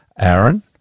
Aaron